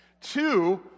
Two